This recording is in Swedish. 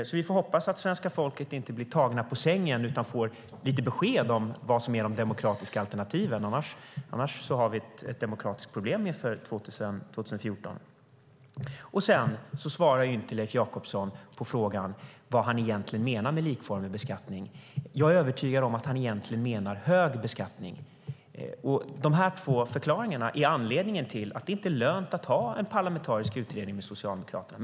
Vi får hoppas att svenska folket inte blir tagna på sängen utan får lite besked om vad som är de demokratiska alternativen. Annars har vi ett demokratiskt problem inför 2014. Leif Jakobsson svarar inte heller på frågan vad han egentligen menar med likformig beskattning. Jag är övertygad om att han egentligen menar hög beskattning. Dessa båda förhållanden är anledningen till att det inte är lönt att ha en parlamentarisk utredning med Socialdemokraterna.